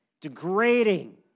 degrading